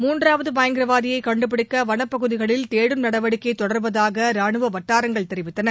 மூன்றாவது பயங்கரவாதியை கண்டுபிடிக்க வனப்பகுதிகளில் தேடும் நடவடிக்கை தொடர்வதாக ராணுவ வட்டாரங்கள் தெரிவித்தன